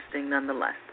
nonetheless